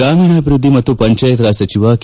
ಗ್ರಾಮೀಣಾಭಿವೃದ್ಧಿ ಮತ್ತು ಪಂಚಾಯತ್ ರಾಜ್ ಸಚಿವ ಕೆ